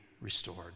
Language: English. restored